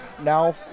now